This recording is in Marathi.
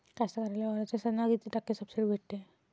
कास्तकाराइले वावराच्या साधनावर कीती टक्के सब्सिडी भेटते?